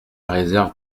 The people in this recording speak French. réserve